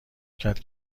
کرد